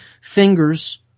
fingers